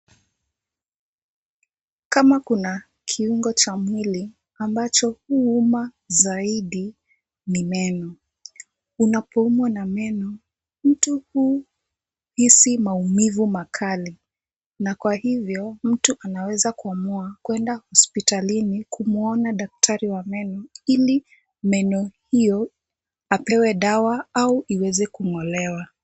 Kama kuna kiungo cha mwili ambacho huuma zaidi ni meno ,unapoumwa na meno mtu huhisi maumivu makali na kwa hivyo mtu anaweza kuamua kuenda hospitalini kumwona daktari wa meno ili meno hiyo apewe dawa ama iweze kung'olewa .